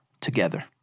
together